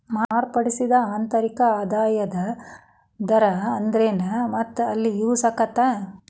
ಮಾರ್ಪಡಿಸಿದ ಆಂತರಿಕ ಆದಾಯದ ದರ ಅಂದ್ರೆನ್ ಮತ್ತ ಎಲ್ಲಿ ಯೂಸ್ ಆಗತ್ತಾ